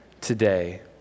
today